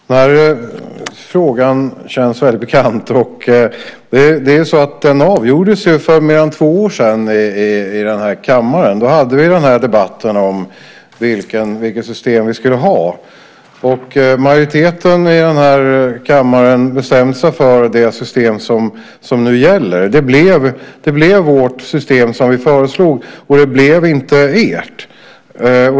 Herr talman! Den här frågan känns väldigt bekant. Den avgjordes ju för mer än två år sedan i den här kammaren. Då hade vi debatten om vilket system vi skulle ha, och majoriteten i den här kammaren bestämde sig för det system som nu gäller. Det blev det system som vi föreslog och det blev inte ert.